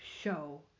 show